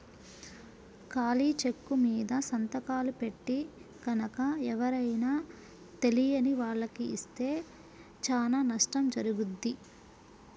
ఖాళీ చెక్కుమీద సంతకాలు పెట్టి గనక ఎవరైనా తెలియని వాళ్లకి ఇస్తే చానా నష్టం జరుగుద్ది